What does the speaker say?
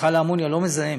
מכל האמוניה לא מזהם.